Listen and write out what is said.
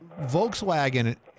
Volkswagen